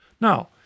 Now